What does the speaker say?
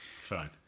fine